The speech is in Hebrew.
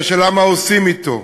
השאלה היא מה עושים אתו.